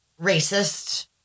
racist